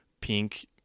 pink